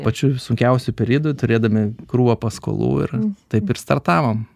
pačiu sunkiausiu periodu turėdami krūvą paskolų ir taip ir startavom